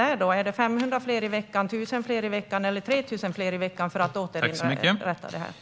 Är det 500 fler i veckan, 1 000 fler i veckan eller 3 000 fler i veckan som gäller för att återinföra id-kontrollerna?